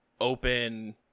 open